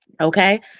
okay